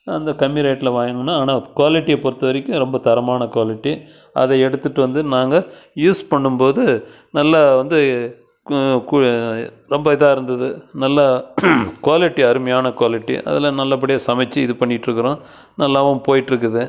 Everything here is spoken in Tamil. அந்த கம்மி ரேட்டில் வாங்குனேன் ஆனால் குவாலிட்டியை பொறுத்த வரைக்கும் ரொம்ப தரமான குவாலிட்டி அதை எடுத்துகிட்டு வந்து நாங்கள் யூஸ் பண்ணும்போது நல்லா வந்து ரொம்ப இதாக இருந்துது நல்லா குவாலிட்டி அருமையான குவாலிட்டி அதெலாம் நல்லபடியாக சமைச்சி இது பண்ணிக்கிட்டு இருக்குறோம் நல்லாவும் போயிட்டுருக்குது